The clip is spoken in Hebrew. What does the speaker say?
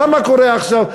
למה קורה עכשיו?